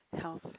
health